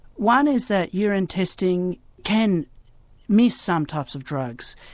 one is that urine testing can miss some types of drugs,